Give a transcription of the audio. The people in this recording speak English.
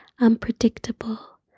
unpredictable